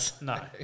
No